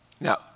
Now